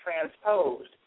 transposed